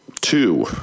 Two